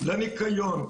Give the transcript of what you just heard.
לניקיון,